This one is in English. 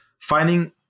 finding